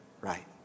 right